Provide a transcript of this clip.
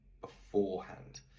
beforehand